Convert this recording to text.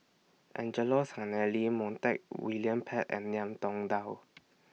Angelo Sanelli Montague William Pett and Ngiam Tong Dow